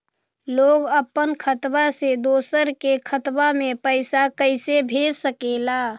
लोग अपन खाता से दोसर के खाता में पैसा कइसे भेज सकेला?